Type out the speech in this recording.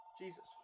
Jesus